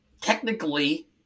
technically